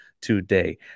today